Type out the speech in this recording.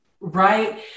Right